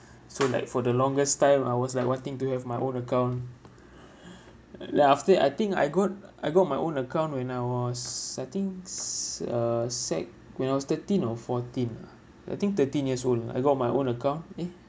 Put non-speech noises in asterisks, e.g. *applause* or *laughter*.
so like for the longest time I was like wanting to have my own account *breath* like after I think I got I got my own account when I was I think s~ uh six~ when I was thirteen or fourteen lah I think thirteen years old ah I got my own account eh